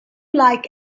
like